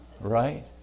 Right